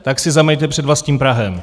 Tak si zameťte před vlastním prahem!